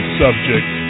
subject